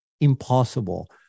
impossible